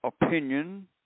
opinion